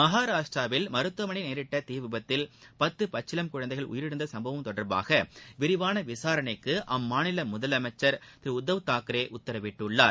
மகாராஷ்டிராவில் மருத்துவமனையில் நேரிட்ட தீ விபத்தில் பத்து பச்சிளம் குழந்தைகள் உயிரிழந்த சும்பவம் தொடர்பாக விரிவான விசாரணைக்கு அம்மாநில முதலமைச்சள் திருஉத்தவ் தாக்ரே உத்தரவிட்டுள்ளார்